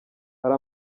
hari